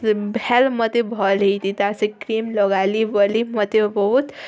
ସେ ଭେଲ୍ ମୋତେ ଭଲ୍ ହେଇଥିତା ସେ କ୍ରିମ୍ ଲଗାଲି ବୋଲି ମୋତେ ବହୁତ୍